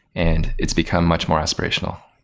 and it's become much more aspirational.